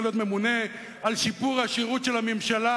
להיות ממונה על שיפור השירות של הממשלה,